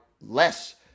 less